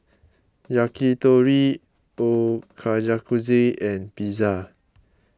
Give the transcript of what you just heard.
Yakitori Ochazuke and Pizza